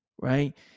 right